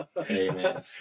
Amen